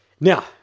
now